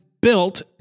built